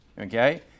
okay